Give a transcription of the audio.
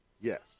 Yes